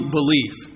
belief